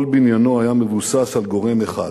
כל בניינו היה מבוסס על גורם אחד,